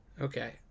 okay